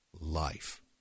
life